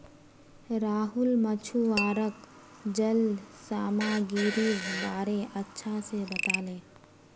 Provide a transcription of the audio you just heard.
राहुल मछुवाराक जल सामागीरीर बारे अच्छा से बताले